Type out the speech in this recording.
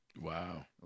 Wow